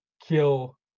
kill